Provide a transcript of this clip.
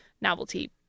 novelty